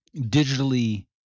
digitally